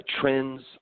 trends